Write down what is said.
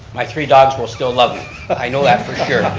my three dogs will still love me, but i know that for sure.